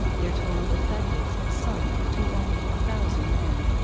their total effectives had sunk to only a thousand men.